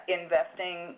investing